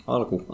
Alku